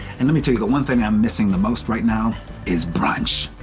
and let me tell you, the one thing i'm missing the most right now is brunch.